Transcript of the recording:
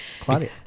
Claudia